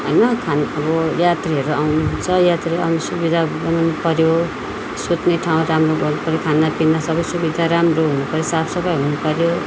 होइन खान यात्रुहरू आउनु हुन्छ यात्रु आउने सुविधा बनाउनु पर्यो सुत्ने ठाउँ राम्रो गर्नुपर्ने खानापिना सबै सुविधा राम्रो हुनुपर्यो साफसफाइ हुनुपर्यो